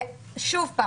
שוב,